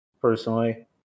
personally